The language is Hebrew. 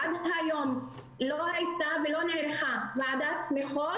עד היום לא הייתה ולא נערכה ועדת תמיכות.